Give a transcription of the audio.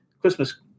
Christmas